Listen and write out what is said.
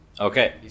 Okay